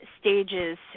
stages